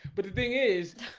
but the thing is